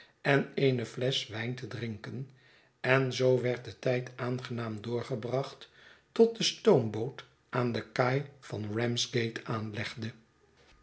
en eene flesch wijn te drinken en zoo werd de tijd aangenaam doorgebracht tot de stoomboot aan de kaai van ramsgate aanlegde